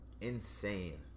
insane